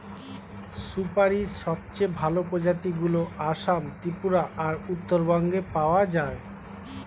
সুপারীর সবচেয়ে ভালো প্রজাতিগুলো আসাম, ত্রিপুরা আর উত্তরবঙ্গে পাওয়া যায়